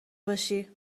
باشی